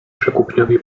przekupniowi